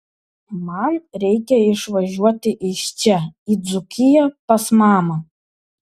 man reikia išvažiuoti iš čia į dzūkiją pas mamą